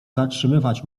zatrzymywać